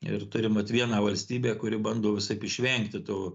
ir turim vat vieną valstybę kuri bando visaip išvengti to